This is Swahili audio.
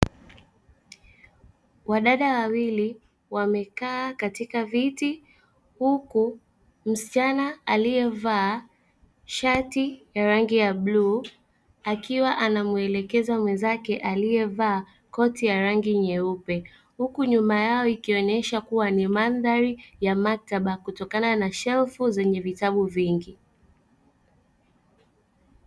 Wadada wawili wamekaa katika viti huku msichana aliye vaa shati ya rangi ya bluu akiwa anamwelekeza mwenzake aliyevaa koti ya rangi nyeupe, huku nyuma yao ikionyesha kuwa ni mandhari ya maktaba kutokana na shelf zenye vitabu vingi.